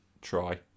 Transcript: try